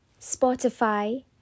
Spotify